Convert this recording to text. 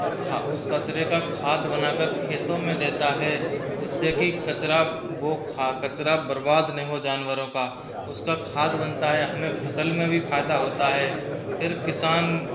और खा उस कचरे का खाद बना कर खेतों में देता है जिससे कि कचरा वो खा कचरा बर्बाद न हो जानवरों का उसका खाद बनता है हमें फसल में भी फ़ायदा होता है फिर किसान